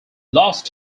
lost